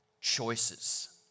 choices